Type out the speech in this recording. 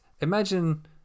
imagine